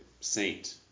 saint